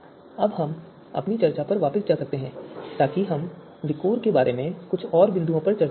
अब हम अपनी चर्चा पर वापस जाते हैं ताकि हम विकोर के बारे में कुछ और बिंदुओं पर चर्चा करेंगे